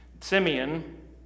Simeon